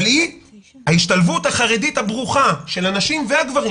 ההשתלבות החרדית הברוכה של הנשים והגברים,